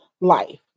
life